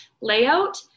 layout